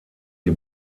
die